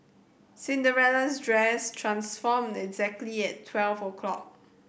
Cinderella's dress transformed exactly at twelve o'clock